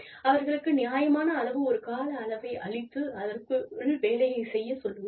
அவர்களுக்கு நியாயமான அளவு ஒரு கால அளவை அளித்து அதற்குள் வேலையைச் செய்யச் சொல்லுங்கள்